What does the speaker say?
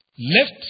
Left